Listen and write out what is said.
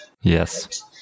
Yes